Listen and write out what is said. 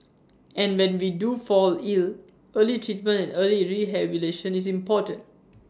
and when we do fall ill early treatment early rehabilitation is important